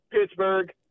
Pittsburgh